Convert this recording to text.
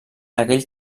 aquell